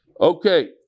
Okay